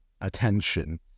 attention